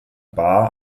baar